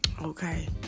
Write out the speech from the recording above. Okay